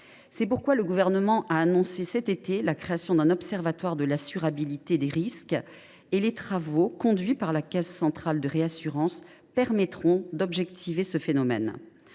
C’est pourquoi le précédent gouvernement a annoncé l’été dernier la création d’un observatoire de l’assurabilité des risques. Les travaux conduits par la Caisse centrale de réassurance permettront d’objectiver ce phénomène.